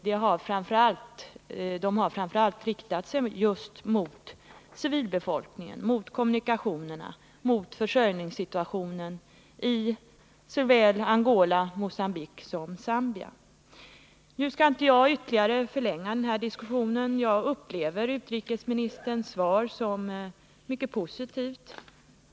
De har framför allt riktats mot civilbefolkningen, mot kommunikationerna, mot försörjningssituationen såväl i Angola och Mogambique som i Zambia. Nu skall jag inte förlänga diskussionen, för jag uppfattar utrikesministerns svar som mycket positivt.